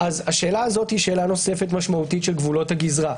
זה שאלה נוספת משמעותית של גבולות הגזרה.